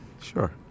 Sure